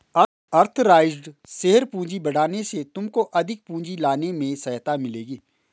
authorised share पूंजी बढ़ाने से तुमको अधिक पूंजी लाने में सहायता मिलेगी